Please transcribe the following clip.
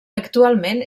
actualment